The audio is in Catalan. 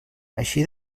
així